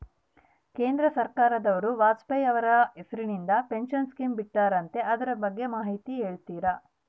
ಕೇಂದ್ರ ಸರ್ಕಾರದವರು ವಾಜಪೇಯಿ ಅವರ ಹೆಸರಿಂದ ಪೆನ್ಶನ್ ಸ್ಕೇಮ್ ಬಿಟ್ಟಾರಂತೆ ಅದರ ಬಗ್ಗೆ ಮಾಹಿತಿ ಹೇಳ್ತೇರಾ?